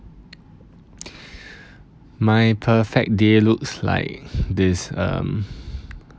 my perfect day looks like this um